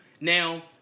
Now